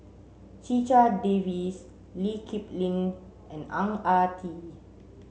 Checha Davies Lee Kip Lin and Ang Ah Tee